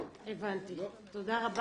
שמעת נאור?